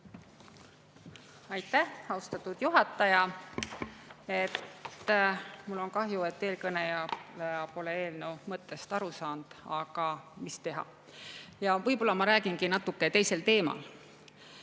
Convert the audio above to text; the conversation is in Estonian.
Aitäh, austatud juhataja! Mul on kahju, et eelkõneleja pole eelnõu mõttest aru saanud, aga mis teha. Võib-olla ma räägin natuke teisel teemal.